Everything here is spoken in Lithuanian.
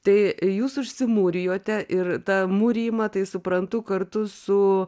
tai jūs užsimūrijote ir tą mūrijimą tai suprantu kartu su